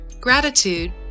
gratitude